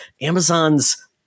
Amazon's